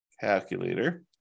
Calculator